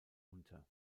unter